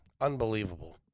Unbelievable